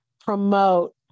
promote